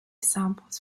samples